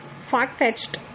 far-fetched